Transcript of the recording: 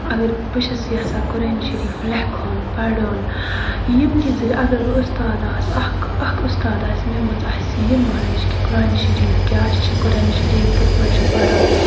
اَگر بہٕ چھَس یَژھان قۄرانہِ شٔریٖف لٮ۪کھُن پَرُن ییٚمہِ کہِ ذٔریعہٕ اَگر بہٕ اُستاد آسہٕ اکھ اکھ اُستاد آسہِ مےٚ منٛز آسہِ یہِ نالیج کہِ قۄرانہِ شٔریٖف کیاہ چھُ قۄران شٔریٖف کِتھۍ پٲٹھۍ چھُ پَرُن